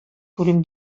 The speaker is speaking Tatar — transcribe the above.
күрим